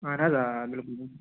اَہَن حظ آ بِلکُل بِلکُل